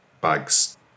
bags